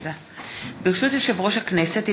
ברשות יושב-ראש הכנסת,